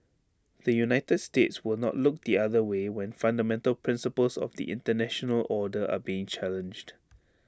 the united states will not look the other way when fundamental principles of the International order are being challenged